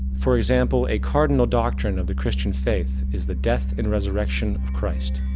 for example, a cardinal doctrine of the christian faith is the death and resurrection of christ.